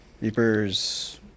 Reaper's